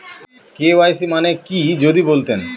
KYC মানে কি যদি বলতেন?